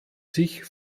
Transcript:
sich